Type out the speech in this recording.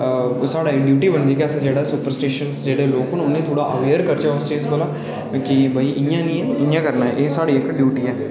ओह् साढ़ी ड्यूटी बनदी की अस जेह्ड़ा सुपरस्टिशंस लोक न उ'नेंगी अवेयर करचै उ'नें चीज़ें कोला की इं'या निं इं'या करना एह् इक्क साढ़ी ड्यूटी ऐ